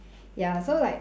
ya so like